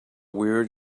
weird